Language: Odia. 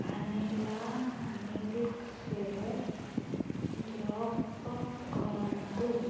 ଭ୍ୟାନିଲା ମିଲ୍କ୍ଶେକ୍ ଯୋଗ କରନ୍ତୁ